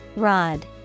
Rod